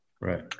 Right